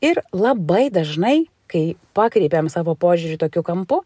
ir labai dažnai kai pakreipiam savo požiūrį tokiu kampu